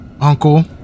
uncle